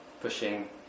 pushing